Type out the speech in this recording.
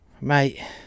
Mate